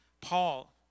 Paul